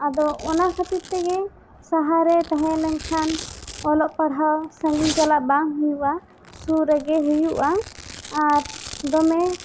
ᱟᱫᱚ ᱚᱱᱟ ᱠᱷᱟᱹᱛᱤᱨ ᱛᱮᱜᱮ ᱥᱟᱦᱟᱨ ᱨᱮ ᱛᱟᱦᱮᱸ ᱞᱮᱱ ᱠᱷᱟᱱ ᱚᱞᱚᱜ ᱯᱟᱲᱦᱟᱣ ᱥᱟᱺᱜᱤᱧ ᱪᱟᱞᱟᱜ ᱵᱟᱝ ᱦᱩᱭᱩᱜᱼᱟ ᱥᱩᱨ ᱨᱮᱜᱮ ᱦᱩᱭᱩᱜᱼᱟ ᱟᱨ ᱫᱚᱢᱮ